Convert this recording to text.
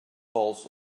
halls